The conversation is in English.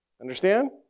Understand